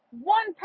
one